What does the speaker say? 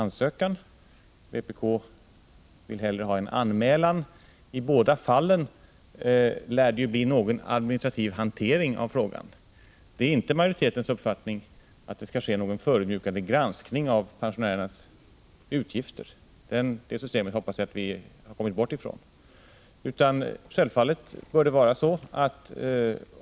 Vpk vill hellre att det skall göras en anmälan. I båda fallen lär det bli någon administrativ hantering av frågan. Det är inte majoritetens uppfattning att det skall ske någon förödmjukande granskning av pensionärernas utgifter. Jag hoppas att vi har kommit bort från det systemet.